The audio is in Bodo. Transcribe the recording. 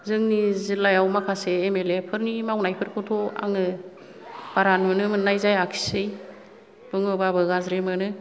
जोंनि जिल्लायाव माखासे एम एल ए फोरनि मावनाय फोरखौथ' आङो बारा नुनो मोन्नाय जायाखिसै बुङो बाबो गाज्रि मोनो